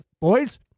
boys